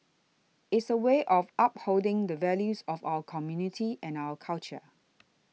is a way of upholding the values of our community and our culture